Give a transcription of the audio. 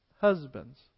husbands